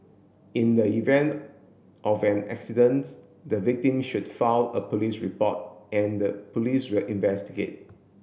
in the event of an accidents the victim should file a police report and the Police will investigate